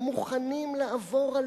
הם מוכנים לעבור על